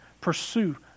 pursue